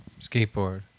Skateboard